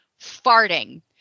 farting